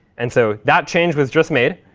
and so that change was just made,